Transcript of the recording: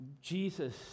Jesus